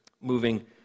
moving